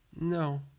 No